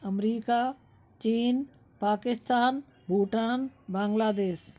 अमरीका चीन पाकिस्तान भूटान बांग्लादेश